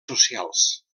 socials